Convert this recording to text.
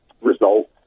results